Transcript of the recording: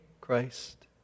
Christ